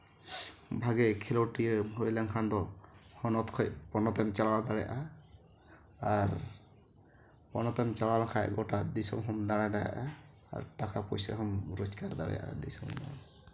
ᱵᱷᱟᱜᱮ ᱠᱷᱮᱞᱳᱰᱤᱭᱟᱹᱢ ᱦᱩᱭ ᱞᱮᱱᱠᱷᱟᱱ ᱫᱚ ᱦᱚᱱᱚᱛ ᱠᱷᱚᱱ ᱯᱚᱱᱚᱛ ᱮᱢ ᱪᱟᱞᱟᱣ ᱫᱟᱲᱮᱭᱟᱜᱼᱟ ᱟᱨ ᱯᱚᱱᱚᱛ ᱮᱢ ᱪᱟᱞᱟᱣ ᱞᱮᱱᱠᱷᱟᱱ ᱜᱳᱴᱟ ᱫᱤᱥᱚᱢ ᱦᱚᱢ ᱫᱟᱬᱟ ᱫᱟᱲᱮᱭᱟᱜᱼᱟ ᱟᱨ ᱴᱟᱠᱟ ᱯᱩᱭᱥᱟᱹ ᱦᱚᱢ ᱨᱳᱡᱜᱟᱨ ᱫᱟᱲᱮᱭᱟᱜᱼᱟ